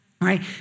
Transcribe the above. right